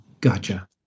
Gotcha